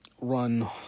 run